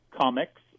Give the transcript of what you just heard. Comics